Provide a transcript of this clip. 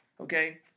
Okay